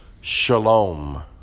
Shalom